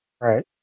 right